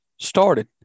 started